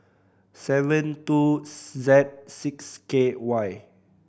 seven two Z six K Y